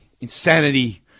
Insanity